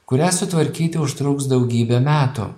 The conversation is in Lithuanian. kurią sutvarkyti užtruks daugybę metų